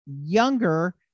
younger